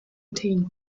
attain